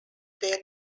their